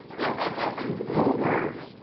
and the bloomburgs!